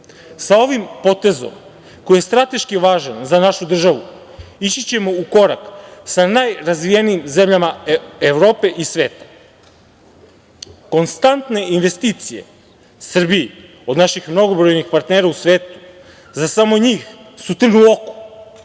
ovim potezom koji je strateški važan za našu državu ići ćemo u korak sa najrazvijenijim zemljama Evrope i sveta. Konstantne investicije Srbiji od naših mnogobrojnih partnera u svetu, za samo njih su trn u oku,